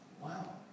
wow